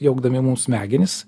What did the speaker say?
jaukdami mum smegenis